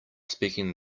speaking